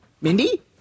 Mindy